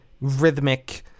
rhythmic